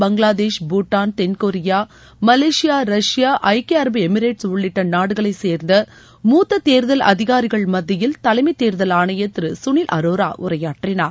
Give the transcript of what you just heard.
பங்களாதேஷ் பூட்டான் தென்கொரியா Malaysia Russia ஐக்கிய அரபு எமிரேட்ஸ் உள்ளிட்ட நாடுகளைச் சேர்ந்த மூத்த தேர்தல் அதிகாரிகள் மத்தியில் தலைமைத் தேர்தல் ஆணையர் திரு சுனில் அரோரா உரையாற்றினார்